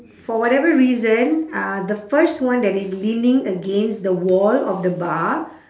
for whatever reason uh the first one that is leaning against the wall of the bar